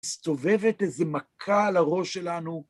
מסתובבת איזו מכה על הראש שלנו.